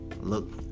look